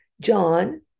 John